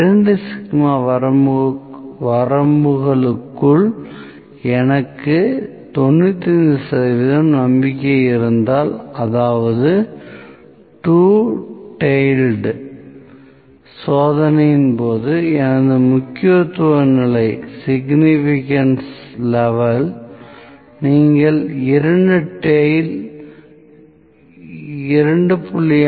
2 sigma வரம்புகளுக்குள் எனக்கு 95 சதவீதம் நம்பிக்கை இருந்தால் அதாவது டூ டெய்ல்டு சோதனையின் போது எனது முக்கியத்துவ நிலை நீங்கள் இரண்டு டெய்ல் 2